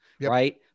right